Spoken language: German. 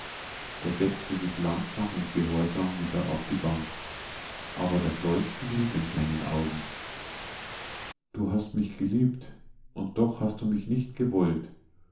er setzte sich langsam und gehorsam wieder auf die bank aber das leuchten blieb in seinen augen du hast mich geliebt und doch hast du mich nicht gewollt